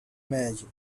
margin